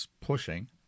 pushing